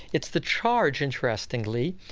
it's the charge, interestingly,